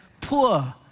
poor